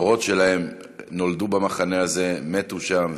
דורות שלהם נולדו במחנה הזה, מתו שם.